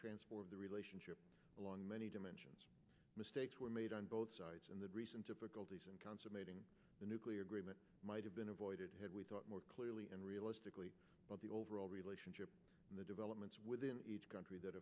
transform the relationship along many dimensions mistakes were made on both sides and the recent difficulties and consummating the nuclear agreement might have been avoided had we thought more clearly and realistically about the overall relationship and the developments within each country that